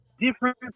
different